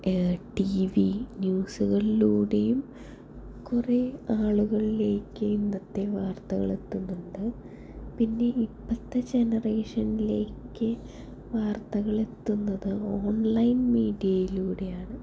T V ന്യൂസുകളിലൂടെയും കുറെ ആളുകളിലേക്ക് ഇന്നത്തെ വാർത്തകൾ എത്തുന്നുണ്ട് പിന്നെ ഇപ്പൊഴത്തെ ജനറേഷനിലേക്ക് വാർത്തകൾ എത്തുന്നത് ഓൺലൈൻ മീഡിയയിലൂടെയാണ്